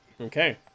Okay